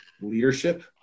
leadership